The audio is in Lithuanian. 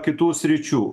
kitų sričių